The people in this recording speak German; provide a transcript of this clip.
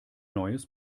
neues